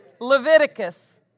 Leviticus